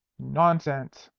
nonsense!